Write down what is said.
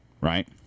right